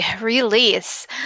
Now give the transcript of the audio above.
release